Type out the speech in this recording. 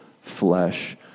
flesh